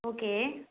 okay